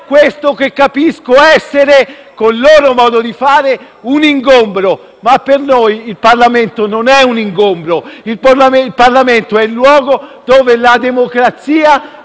questo che capisco essere, con il loro modo di fare, un ingombro. Per noi il Parlamento non è un ingombro. Il Parlamento è il luogo dove la democrazia